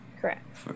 Correct